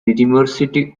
university